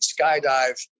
skydive